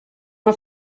mae